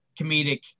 comedic